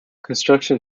construction